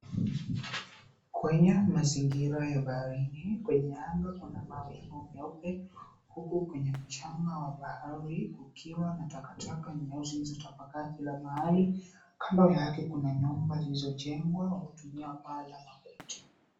Kwenye mazingira ya baharini, kwenye anga kuna mawingu mieupe huku kwenye mchanga wa bahari kukiwa na takataka nyeusi zilizotapakaa kila mahali. Kando yake kuna nyumba zilizojengwa kutumia paa za makuti.